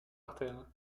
artère